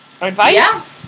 advice